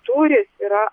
tūris yra